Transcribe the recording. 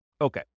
Okay